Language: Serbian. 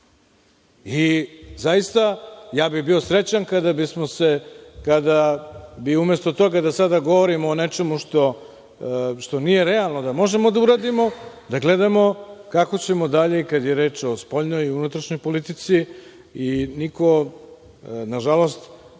i zaista ja bih bio srećan kada bismo umesto toga, sada govorimo o nečemu što nije realno da možemo da uradimo, da gledamo kako ćemo dalje kada je reč o spoljnoj i unutrašnjoj politici i niko, nažalost,